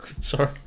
Sorry